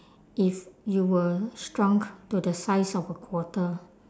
if you were shrunk to the size of a quarter